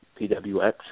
PWX